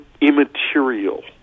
immaterial